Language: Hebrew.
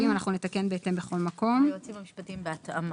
הכול ייעשה בהתאמה.